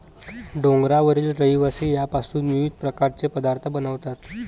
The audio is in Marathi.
डोंगरावरील रहिवासी यामपासून विविध प्रकारचे पदार्थ बनवतात